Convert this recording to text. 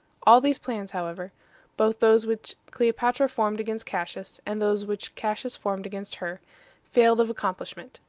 all these plans, however both those which cleopatra formed against cassius, and those which cassius formed against her failed of accomplishment.